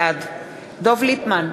בעד דב ליפמן,